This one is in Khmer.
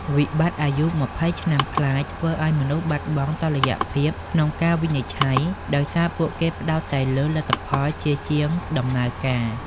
វិបត្តិអាយុ២០ ឆ្នាំប្លាយធ្វើឱ្យមនុស្សបាត់បង់តុល្យភាពក្នុងការវិនិច្ឆ័យ ដោយសារពួកគេផ្ដោតតែលើ "លទ្ធផល" ជាជាង "ដំណើរការ"។